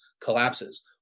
collapses